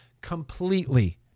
Completely